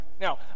now